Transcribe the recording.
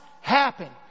happen